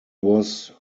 was